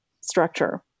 structure